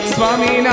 Swami